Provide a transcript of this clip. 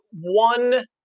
one